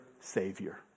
Savior